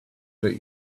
about